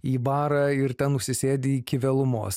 į barą ir ten užsisėdi iki vėlumos